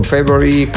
February